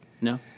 No